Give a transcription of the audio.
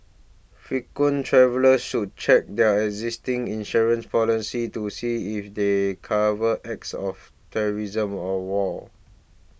frequent travellers should check their existing insurance policies to see if they cover acts of terrorism or war